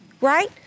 Right